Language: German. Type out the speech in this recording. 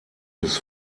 bis